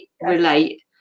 relate